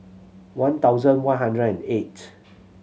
one thousand one hundred and eight